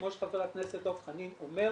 כמו שחבר הכנסת דב חנין אומר,